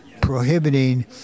prohibiting